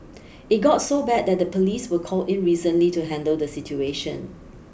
it got so bad that the police were called in recently to handle the situation